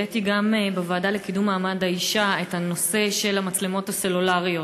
העליתי גם בוועדה לקידום מעמד האישה את הנושא של המצלמות הסלולריות.